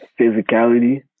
physicality